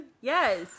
yes